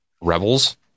rebels